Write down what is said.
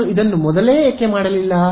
ನಾನು ಇದನ್ನು ಮೊದಲೇ ಏಕೆ ಮಾಡಲಿಲ್ಲ